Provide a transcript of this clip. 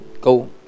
Go